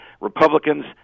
Republicans